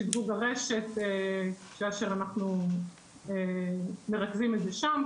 בשדרוג הרשת כאשר אנחנו מרכזים את זה שם,